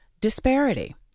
disparity